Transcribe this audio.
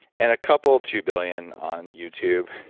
and a couple two billion on youtube.